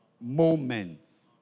moments